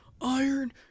iron